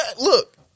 Look